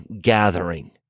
gathering